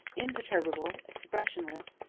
imperturbable, expressionless,